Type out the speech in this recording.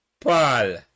Paul